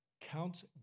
counts